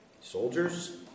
Soldiers